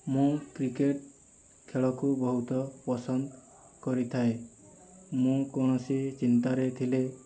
ମୁଁ କ୍ରିକେଟ ଖେଳକୁ ବହୁତ ପସନ୍ଦ କରିଥାଏ ମୁଁ କୌଣସି ଚିନ୍ତାରେ ଥିଲେ